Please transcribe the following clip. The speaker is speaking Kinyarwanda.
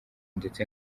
ndetse